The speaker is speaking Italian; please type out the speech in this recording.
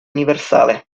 universale